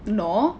no